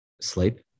sleep